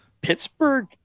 Pittsburgh